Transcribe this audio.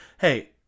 Hey